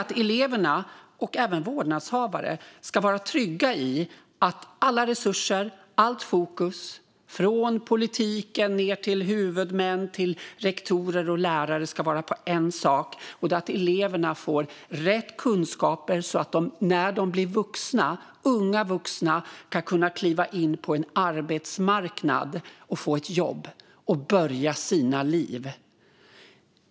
Både elever och vårdnadshavare ska vara trygga med att alla resurser och allt fokus från politiken ned till huvudmän, rektorer och lärare ska vara på en sak, nämligen att eleverna ska få rätt kunskaper så att de när de blir unga vuxna kan kliva in på en marknadsmarknad, få ett jobb och börja sina liv.